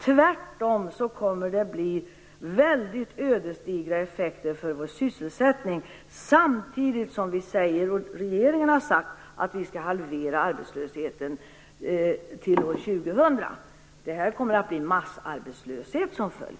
Tvärtom kommer det att bli väldigt ödesdigra effekter för vår sysselsättning, samtidigt som vi säger, och regeringen har sagt, att vi skall halvera arbetslösheten till år 2000. Det här kommer att få massarbetslöshet som följd.